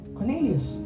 Cornelius